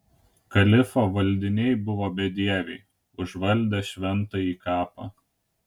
kalifo valdiniai buvo bedieviai užvaldę šventąjį kapą